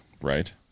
right